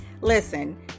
Listen